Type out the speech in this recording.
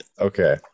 okay